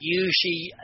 usually